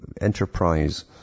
enterprise